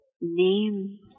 name